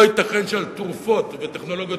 לא ייתכן שעל תרופות ועל טכנולוגיות